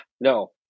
No